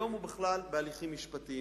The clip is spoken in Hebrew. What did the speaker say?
היום הוא בכלל בהליכים משפטיים.